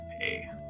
pay